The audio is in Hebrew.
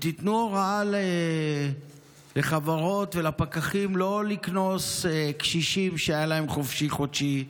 ותיתנו הוראה לחברות ולפקחים לא לקנוס קשישים שהיה להם חופשי-חודשי,